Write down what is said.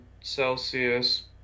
Celsius